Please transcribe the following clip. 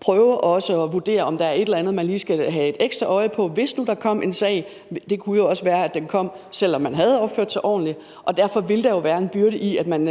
prøve også at vurdere, om der er et eller andet, man lige skal have et ekstra øje på, hvis nu der kom en sag. Det kunne jo også være, at den kom, selv om man havde opført sig ordentligt. Derfor vil der jo være en byrde ved, at man